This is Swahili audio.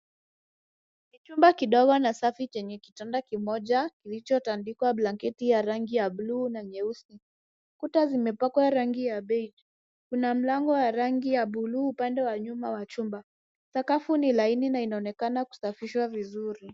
Ni chumba kidogo safi na chenye kitanda kimoja kilichotandikwa blanketi ya rangi buluu na nyeusi. Kuta zimepakwa rangi ya beige . Kuna mlango wa rangi ya buluu upande wa nyuma ya chumba. Sakafu ni laini na inaonekana kusafishwa vizuri.